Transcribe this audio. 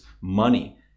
money